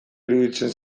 iruditzen